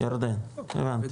ירדן, הבנתי,